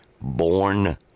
born